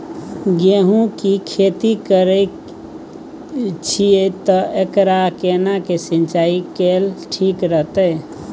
गेहूं की खेती करे छिये ते एकरा केना के सिंचाई कैल ठीक रहते?